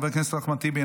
חבר הכנסת אחמד טיבי,